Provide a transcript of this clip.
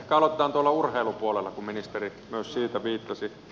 ehkä aloitetaan urheilupuolella kun ministeri myös siihen viittasi